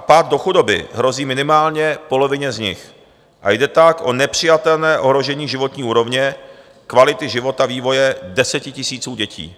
Pád do chudoby hrozí minimálně polovině z nich a jde tak o nepřijatelné ohrožení životní úrovně, kvality života, vývoje desetitisíců dětí.